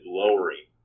lowering